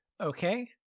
okay